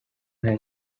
nta